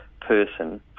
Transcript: person